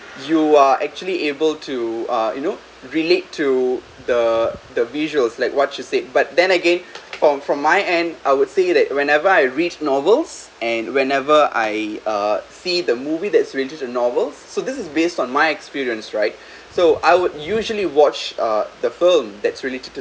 you are actually able to uh you know relate to the the visuals like what you said but then again from from my end I would say that whenever I read novels and whenever I uh see the movie that's related to novel so this is based on my experience right so I would usually watch uh the film that's